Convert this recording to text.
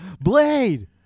Blade